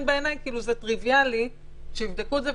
לכן בעיניי טריוויאלי שיבדקו את זה.